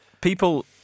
people